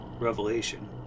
revelation